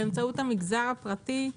באמצעות המגזר הפרטי,